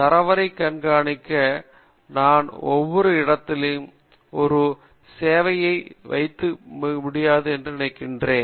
தரவை கண்காணிக்க நான் ஒவ்வொரு இடத்திலும் ஒரு சேவையகத்தை வைக்க முடியாது என்று நினைக்கிறேன்